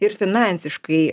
ir finansiškai